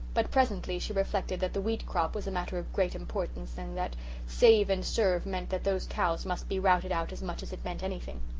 but presently she reflected that the wheat-crop was a matter of great importance and that save and serve meant that those cows must be routed out as much as it meant anything.